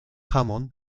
hammond